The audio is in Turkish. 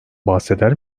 bahseder